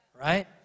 right